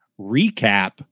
recap